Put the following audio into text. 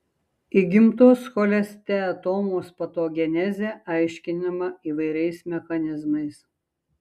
įgimtos cholesteatomos patogenezė aiškinama įvairiais mechanizmais